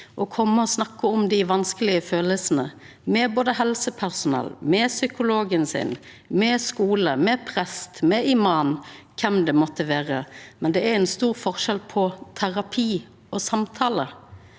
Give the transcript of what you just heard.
å koma og snakka om dei vanskelege følelsane, både med helsepersonell, med psykologen sin, med skule, med prest, med imam, med kven det måtte vera, men det er stor forskjell på terapi og samtale.